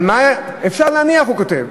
אבל מה, אפשר להניח", הוא כותב,